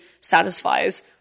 satisfies